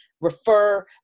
refer